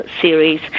series